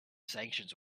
sanctions